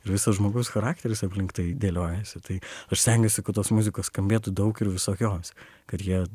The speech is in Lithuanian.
visas žmogaus charakteris aplink tai dėliojasi tai aš stengiuosi kad tos muzikos skambėtų daug ir visokios kad jie